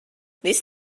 these